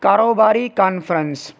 کاروباری کانفرنس